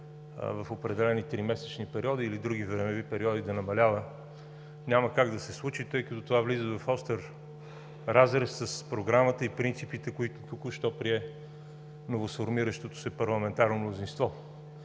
в определени тримесечни или други времеви периоди да намалява, няма как да се случи, тъй като това влиза в остър разрез с програмата и принципите, които току-що прие новосформиращото се парламентарно мнозинство.